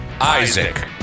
Isaac